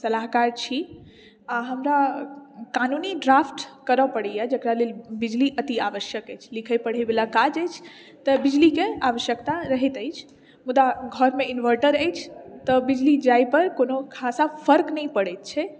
सलाहकार छी आओर हमरा कानूनी ड्राफ्ट करऽ पड़ैए जकरा लेल बिजली अतिआवश्यक अछि लिखै पढ़ैवला काज अछि तऽ बिजलीके आवश्यकता रहैत अछि मुदा घरमे इनवर्टर अछि तऽ बिजली जाइपर कोनो खासा फर्क नहि पड़ैत छै